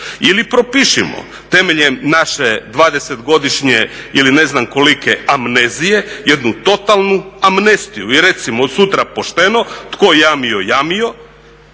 Ili propišimo temeljem naše 20-godišnje ili ne znam kolike amnezije jednu totalnu amnestiju i recimo od sutra pošteno tko je jamio jamio